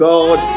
God